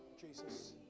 Jesus